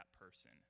person